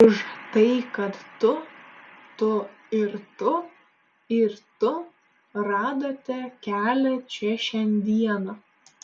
už tai kad tu tu ir tu ir tu radote kelią čia šiandieną